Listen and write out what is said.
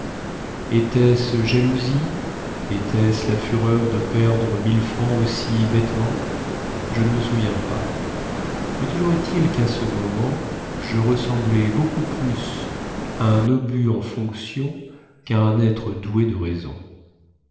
était-ce jalousie était-ce la fureur de perdre mille francs aussi bêtement je ne me souviens pas mais toujours est-il quà ce moment je ressemblai beaucoup plus à un obus en fonction quà un être doué de raison